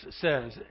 says